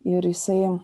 ir jisai